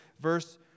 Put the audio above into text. verse